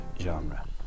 genre